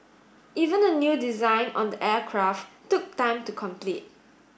even the new design on the aircraft took time to complete